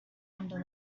under